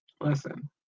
Listen